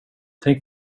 tänk